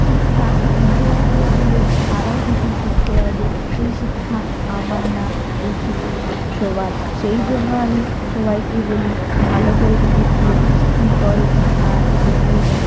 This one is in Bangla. শিক্ষা অন্য কাউকেও দিলে তারাও কিছু শিখতে পারবে সেই শিক্ষা আমার না এই শিক্ষা সবার সেই জন্য আমি সবাইকে বলি ভালো করে নিজের লক্ষ্য স্থির করো আর এগিয়ে যাও